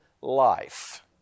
life